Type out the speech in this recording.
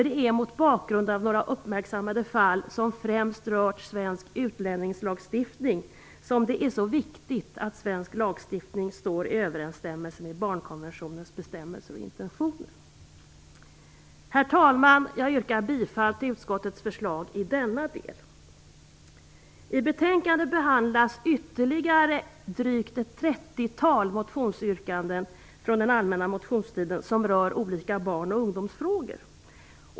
Det är mot bakgrund av några uppmärksammade fall, som främst rört svensk utlänningslagstiftning, mycket viktigt att svensk lagstiftning står i överensstämmelse med barnkonventionens bestämmelser och intentioner. Herr talman! Jag yrkar bifall till utskottets förslag i denna del. I betänkandet behandlas ytterligare drygt ett trettiotal motionsyrkanden från den allmänna motionstiden, vilka rör olika barn och ungdomsfrågor.